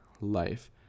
life